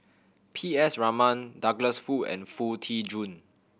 P S Raman Douglas Foo and Foo Tee Jun